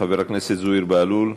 חבר הכנסת זוהיר בהלול,